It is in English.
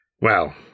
Well